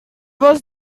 was